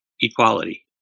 equality